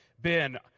Ben